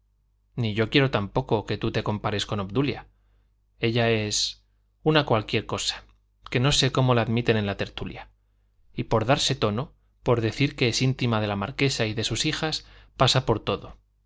ni yo quiero tampoco que tú te compares con obdulia ella es una cualquier cosa que no sé cómo la admiten en la tertulia y por darse tono por decir que es íntima de la marquesa y de sus hijas pasa por todo